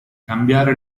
cambiare